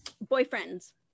Boyfriend's